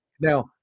Now